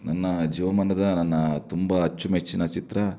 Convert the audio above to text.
ನನ್ನ ಜೀವಮಾನದ ನನ್ನ ತುಂಬ ಅಚ್ಚುಮೆಚ್ಚಿನ ಚಿತ್ರ